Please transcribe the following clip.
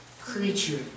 creature